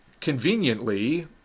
conveniently